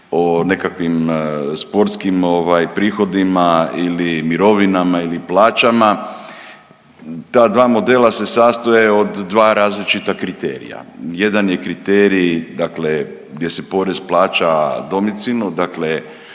o nekakvim sportskim prihodima ili mirovinama ili plaćama ta dva modela se sastoje od dva različita kriterija. Jedan je kriterij gdje se porez plaća domicilno,